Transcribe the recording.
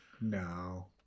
no